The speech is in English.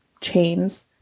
chains